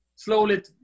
Slowly